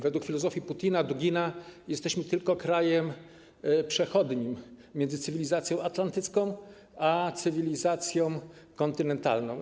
Według filozofii Putina, Dugina jesteśmy tylko krajem przechodnim między cywilizacją atlantycką a cywilizacją kontynentalną.